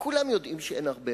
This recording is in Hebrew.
אבל שלכסף הזה יהיה צבע,